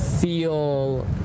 feel